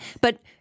but-